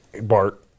Bart